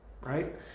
right